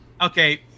okay